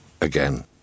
again